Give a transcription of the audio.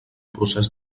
procés